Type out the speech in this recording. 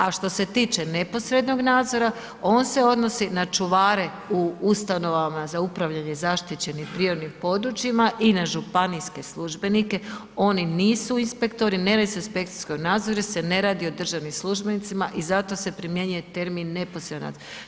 A što se tiče neposrednog nadzora, on se odnosi na čuvare u ustanovama za upravljanje zaštićenih ... područjima i na županijske službenike, oni nisu inspektori, ne radi se o inspekcijskom nadzoru jer se ne radi o državnim službenicima i zato se primjenjuje termin neposredan nadzor.